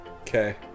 Okay